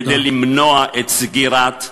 כדי למנוע את סגירת המפעל.